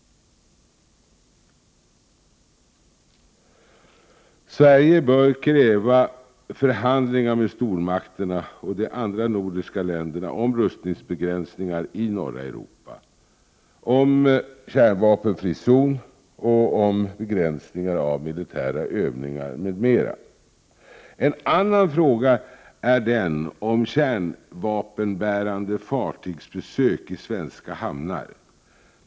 Sverige bör kräva förhandlingar med stormakterna och de andra nordiska länderna om rustningsbegränsningar i norra Europa, om kärnvapenfri zon, om begränsning av militära övningar m.m. En annan fråga är den om kärnvapenbärande fartygsbesök i svenska hamnar.